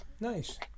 nice